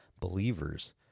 believers